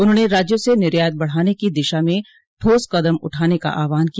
उन्होंने राज्यों से निर्यात बढ़ाने की दिशा में ठोस कदम उठाने का आहवान किया